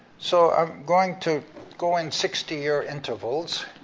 so i'm going to go in sixty year intervals.